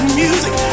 music